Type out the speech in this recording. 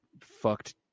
fucked